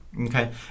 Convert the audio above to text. Okay